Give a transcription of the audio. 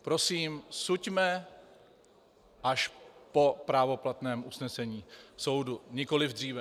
Prosím, suďme až po právoplatném usnesení soudu, nikoliv dříve.